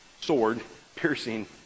sword-piercing